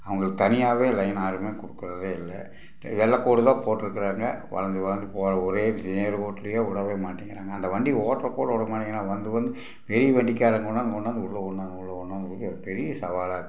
அவங்களுக்கு தனியாவே லைன் யாருமே கொடுக்கிறதே இல்லை சரி வெள்ளைக்கோடு தான் போட்டுருக்குறாங்க வளைஞ்சி வளைஞ்சி போகிற ஒரே விஷயம் நேர்கோட்டுலையே விடவே மாட்டிங்கிறாங்க அந்த வண்டி ஓட்டுகிறப்ப கூட விட மாட்டிங்கிறாங்க வந்து வந்து பெரிய வண்டிக்காரங்க கொண்டாந்து கொண்டாந்து உள்ள விட்றாங்க உள்ள விட்றாங்க ஒரு பெரிய சவாலாக இருக்குது